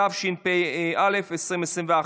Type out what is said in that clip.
התשפ"א 2021,